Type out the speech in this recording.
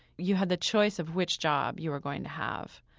you had the choice of which job you were going to have.